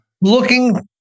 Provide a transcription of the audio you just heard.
Looking